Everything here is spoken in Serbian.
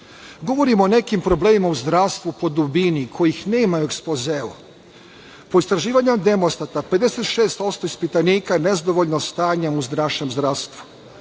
o nekim problemima u zdravstvu po dubini kojih nema u ekspozeu. Po istraživanju Demostata, 56% ispitanika je nezadovoljno stanjem u našem zdravstvu.